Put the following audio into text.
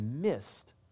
missed